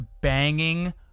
banging